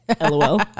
LOL